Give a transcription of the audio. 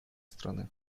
страны